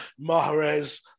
Mahrez